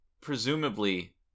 presumably